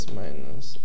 minus